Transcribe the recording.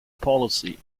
policy